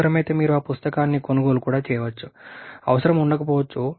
అవసరమైతే మీరు ఆ పుస్తకాన్ని కొనుగోలు చేయవచ్చు అవసరం ఉండకపోవచ్చు